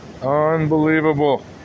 Unbelievable